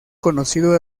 conocido